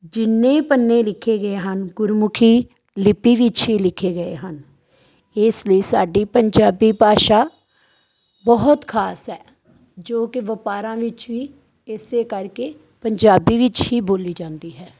ਜਿੰਨੇ ਵੀ ਪੰਨੇ ਲਿਖੇ ਗਏ ਹਨ ਗੁਰਮੁਖੀ ਲਿਪੀ ਵਿੱਚ ਹੀ ਲਿਖੇ ਗਏ ਹਨ ਇਸ ਲਈ ਸਾਡੀ ਪੰਜਾਬੀ ਭਾਸ਼ਾ ਬਹੁਤ ਖ਼ਾਸ ਹੈ ਜੋ ਕਿ ਵਪਾਰਾਂ ਵਿੱਚ ਵੀ ਇਸ ਕਰਕੇ ਪੰਜਾਬੀ ਵਿੱਚ ਹੀ ਬੋਲੀ ਜਾਂਦੀ ਹੈ